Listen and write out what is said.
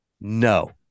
No